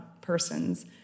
persons